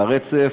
על הרצף.